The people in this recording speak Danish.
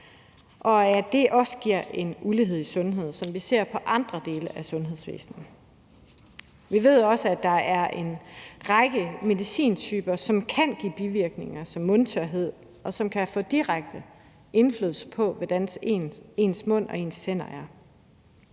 og at det også giver en ulighed i sundheden, som vi også ser det i andre dele af sundhedsvæsenet. Vi ved også, at der er en række medicintyper, som kan give bivirkninger som mundtørhed, og som kan få direkte indflydelse på, hvordan ens mund og ens tænder er.